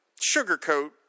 sugarcoat